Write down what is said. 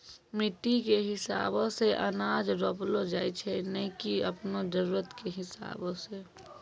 मिट्टी कॅ हिसाबो सॅ अनाज रोपलो जाय छै नै की आपनो जरुरत कॅ हिसाबो सॅ